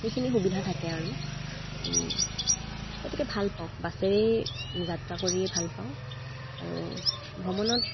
সেইখিনি সুবিধা থাকে আৰু গতিকে ভাল পাওঁ বাছেৰেই যাত্ৰা কৰিয়েই ভাল পাওঁ আৰু ভ্ৰমণত